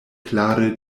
klare